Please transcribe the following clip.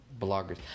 bloggers